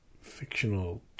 fictional